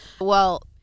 Well-